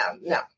No